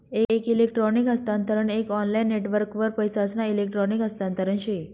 एक इलेक्ट्रॉनिक हस्तांतरण एक ऑनलाईन नेटवर्कवर पैसासना इलेक्ट्रॉनिक हस्तांतरण से